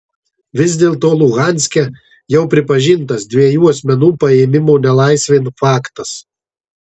vis dėlto luhanske jau pripažintas dviejų asmenų paėmimo nelaisvėn faktas